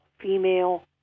female